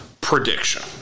prediction